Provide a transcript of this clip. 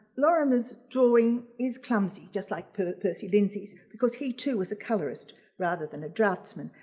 lorimer's drawing is clumsy just like percy lindsay's because he too was a colorist rather than a draftsman,